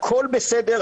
הכול בסדר,